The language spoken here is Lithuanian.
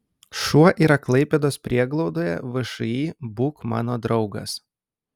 šuo yra klaipėdos prieglaudoje všį būk mano draugas